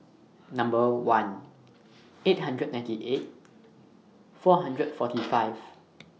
Number one eight hundred ninety eight four hundred forty five